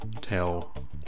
tell